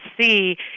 see